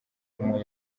umwe